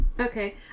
Okay